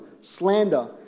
slander